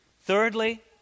Thirdly